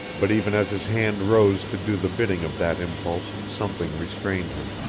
but even as his hand rose to do the bidding of that impulse something restrained him.